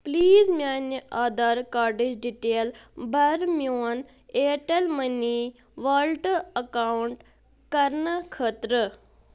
please میانہِ آدار کاڑٕچ detail بَر میون اِیَرٹیٚل منی والٹہٕ ایکاونٹ کرنہٕ خٲطرٕ